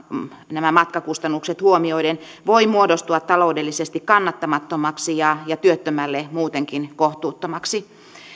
nämä matkakustannukset huomioiden voi muodostua taloudellisesti kannattamattomaksi ja ja työttömälle muutenkin kohtuuttomaksi